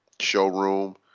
showroom